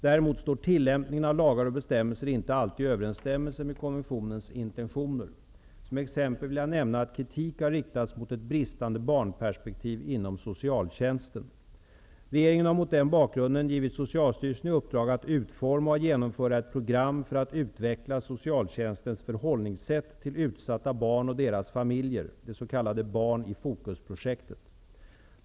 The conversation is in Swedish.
Däremot står tillämpningen av lagar och bestämmelser inte alltid i överenstämmelse med konventionens intentioner. Som exempel vill jag nämna att kritik har riktats mot ett bristande barnperspektiv inom socialtjänsten. Regeringen har mot den bakgrunden givit Socialstyrelsen i uppdrag att utforma och genomföra ett program för att utveckla socialtjänstens förhållningssätt till utsatta barn och deras familjer, det s.k. Barn i fokus-projektet.